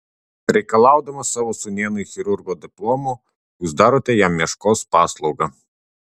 reikalaudamas savo sūnėnui chirurgo diplomo jūs darote jam meškos paslaugą